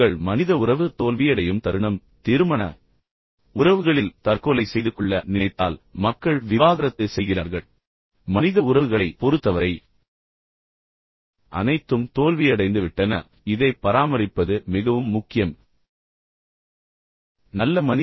உங்கள் மனித உறவு தோல்வியடையும் தருணம் எனவே திருமண உறவுகளில் தற்கொலை செய்து கொள்ள நினைத்தால் மக்கள் விவாகரத்து செய்கிறார்கள் இப்போது மனித உறவுகளைப் பொறுத்தவரை அனைத்தும் தோல்வியடைந்துவிட்டன எனவே இதைப் பராமரிப்பது மிகவும் முக்கியம் என்பதை நீங்கள் நினைவில் கொள்ள வேண்டும்